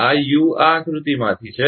આ યુ આ આકૃતિમાંથી છે